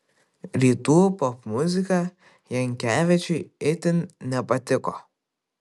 rytų popmuzika jankevičiui itin nepatiko